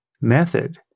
method